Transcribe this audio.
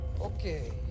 okay